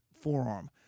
forearm